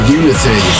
unity